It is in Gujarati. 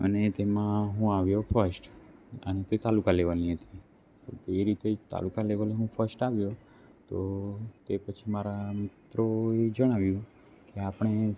અને તેમાં હું આવ્યો ફર્સ્ટ અને એ તાલુકા લેવલની હતી એ રીતે તાલુકા લેવલ હું ફર્સ્ટ આવ્યો તો તે પછી મારા મિત્રોએ જણાવ્યું કે આપણે